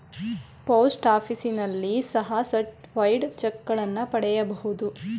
post ಆಫೀಸ್ನಲ್ಲಿ ಸಹ certified ಚಕ್ಗಳನ್ನ ಪಡಿಬೋದು